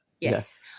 Yes